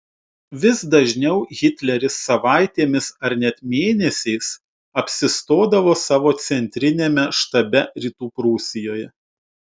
vis dažniau hitleris savaitėmis ar net mėnesiais apsistodavo savo centriniame štabe rytų prūsijoje